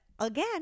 again